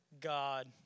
God